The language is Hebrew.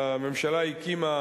הממשלה הקימה